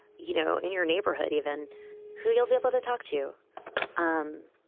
you know, in your neighborhood even who you'll be able to talk to you. um